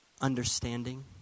understanding